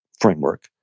framework